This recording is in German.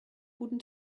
guten